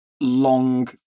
long